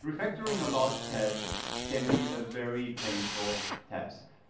refactoring a large test can be a very painful task.